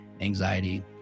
anxiety